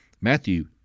Matthew